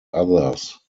others